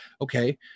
okay